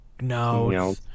No